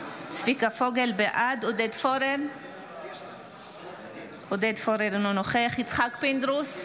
בעד עודד פורר, אינו נוכח יצחק פינדרוס,